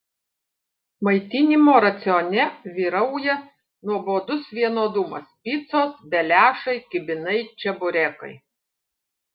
maitinimo racione vyrauja nuobodus vienodumas picos beliašai kibinai čeburekai